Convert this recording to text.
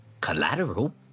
collateral